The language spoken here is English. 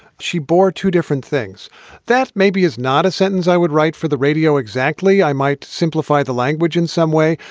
she bore two different things that maybe is not a sentence i would write for the radio. exactly. i might simplify the language in some way,